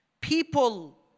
people